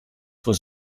was